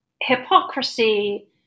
hypocrisy